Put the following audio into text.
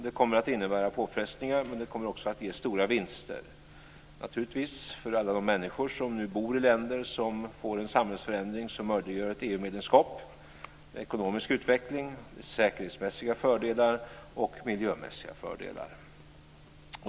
Det kommer att innebära påfrestningar, men det kommer också att ge stora vinster, naturligtvis, för alla de människor som nu bor i länder som får en samhällsförändring som möjliggör ett EU-medlemskap - en ekonomisk utveckling, säkerhetsmässiga fördelar och miljömässiga fördelar.